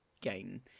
game